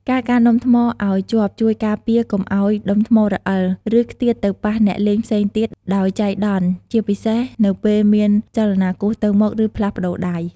ការកាន់ដុំថ្មឲ្យជាប់ជួយការពារកុំឲ្យដុំថ្មរអិល ឬខ្ទាតទៅប៉ះអ្នកលេងផ្សេងទៀតដោយចៃដន្យ ជាពិសេសនៅពេលមានចលនាគោះទៅមក ឬផ្លាស់ប្តូរដៃ។